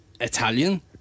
Italian